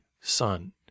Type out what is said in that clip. son